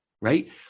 right